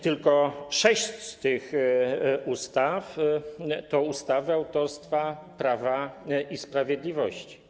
Tylko sześć z tych ustaw to ustawy autorstwa Prawa i Sprawiedliwości.